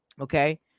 Okay